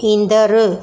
ईंदड़ु